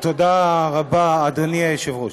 תודה רבה, אדוני היושב-ראש.